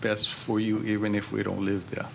best for you even if we don't live there